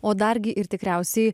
o dargi ir tikriausiai